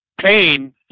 pain